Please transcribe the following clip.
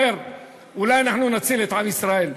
אולי נציל את עם ישראל מכם.